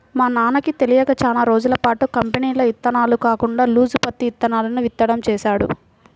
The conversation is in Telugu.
మా నాన్నకి తెలియక చానా రోజులపాటు కంపెనీల ఇత్తనాలు కాకుండా లూజు పత్తి ఇత్తనాలను విత్తడం చేశాడు